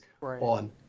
on